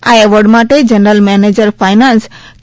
આ એવોર્ડ માટે general manager finance કે